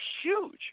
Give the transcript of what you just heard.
huge